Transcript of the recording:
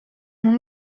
non